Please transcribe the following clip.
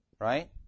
right